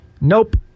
Nope